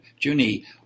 Junie